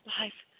life